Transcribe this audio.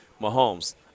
Mahomes